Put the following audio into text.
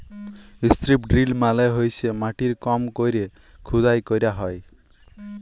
strip drill মালে হইসে মাটির কম কইরে খুদাই ক্যইরা হ্যয়